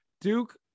Duke